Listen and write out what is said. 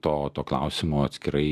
to to klausimo atskirai